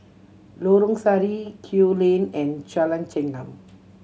Lorong Sari Kew Lane and Jalan Chengam